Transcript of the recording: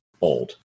old